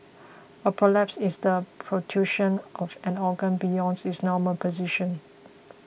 a prolapse is the protrusion of an organ beyond its normal position